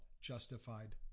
justified